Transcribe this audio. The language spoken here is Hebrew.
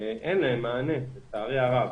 אין להן מענה, לצערי הרב.